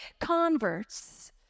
converts